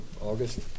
August